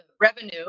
revenue